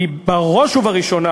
היא בראש ובראשונה